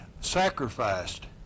sacrificed